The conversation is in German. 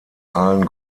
allen